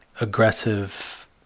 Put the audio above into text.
aggressive